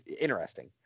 interesting